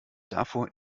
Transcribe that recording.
davor